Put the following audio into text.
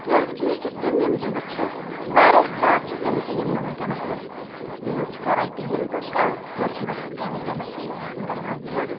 کینٛہہ چیٖز چھِ تِم یِم زِندٕ چھِ واریاہ زیادٕ چھِ تِم تہِ یِم نہٕ وِنکیٚنَس أسۍ یوٗز چھِ کَران کِہیٖنۍ تہٕ کَلچَر چھُ نہٕ اَسہِ تِتھ کنۍ وِنکیٚنَس گَژھان کینٛہہ